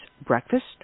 breakfast